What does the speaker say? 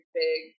big